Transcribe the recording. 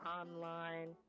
online